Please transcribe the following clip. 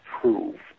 prove